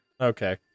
Okay